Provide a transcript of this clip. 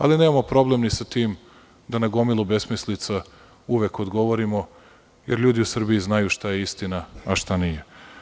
Ali nemamo problem ni sa tim da na gomilu besmislica uvek odgovorimo, jer ljudi u Srbiji znaju šta je istina, a šta nije.